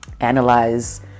analyze